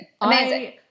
Amazing